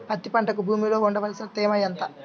పత్తి పంటకు భూమిలో ఉండవలసిన తేమ ఎంత?